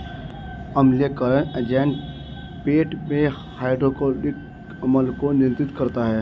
अम्लीयकरण एजेंट पेट में हाइड्रोक्लोरिक अम्ल को नियंत्रित करता है